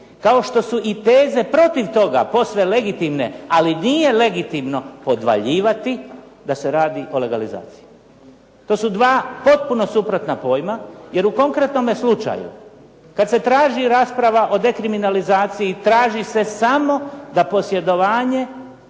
kao što su i teze protiv toga posve legitimne, ali nije legitimno podvaljivati da se radi o legalizaciji. To su dva potpuno suprotna pojma, jer u konkretnome slučaju kad se traži rasprava o dekriminalizaciji traži se samo da posjedovanje